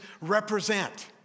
represent